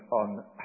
on